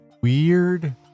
weird